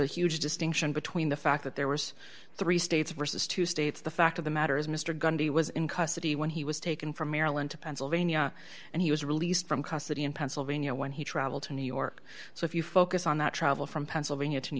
a huge distinction between the fact that there was three states versus two states the fact of the matter is mr gandhi was in custody when he was taken from maryland to pennsylvania and he was released from custody in pennsylvania when he traveled to new york so if you focus on that travel from pennsylvania to new